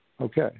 Okay